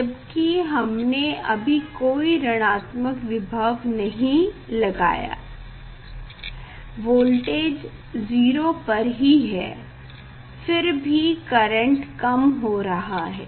जबकि हमने अभी कोई ऋणात्मक विभव नहीं लगाया वोल्टेज 0 पर ही है फिर भी करेंट कम हो गया है